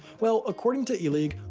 well, according to illig,